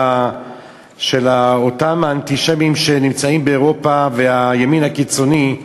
אותם האנטישמים שנמצאים באירופה והימין הקיצוני,